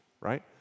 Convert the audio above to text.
right